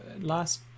last